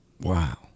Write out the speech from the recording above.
wow